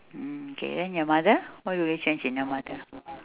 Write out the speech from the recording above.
mm okay then your mother what will you change in your mother